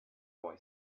boy